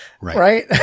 right